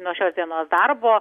nuo šios dienos darbo